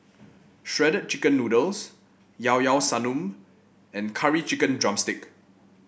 Shredded Chicken Noodles Llao Llao Sanum and Curry Chicken drumstick